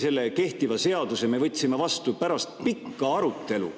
selle kehtiva seaduse võtsime me vastu pärast pikka arutelu.